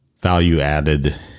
value-added